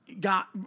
got